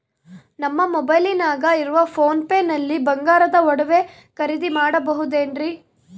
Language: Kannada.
ನಮ್ಮ ಮೊಬೈಲಿನಾಗ ಇರುವ ಪೋನ್ ಪೇ ನಲ್ಲಿ ಬಂಗಾರದ ಒಡವೆ ಖರೇದಿ ಮಾಡಬಹುದೇನ್ರಿ?